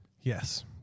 Yes